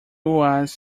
was